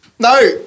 No